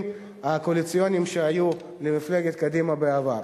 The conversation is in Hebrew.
הקואליציוניים שהיו למפלגת קדימה בעבר.